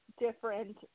different